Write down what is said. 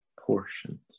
portions